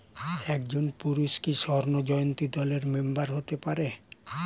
একজন পুরুষ কি স্বর্ণ জয়ন্তী দলের মেম্বার হতে পারে?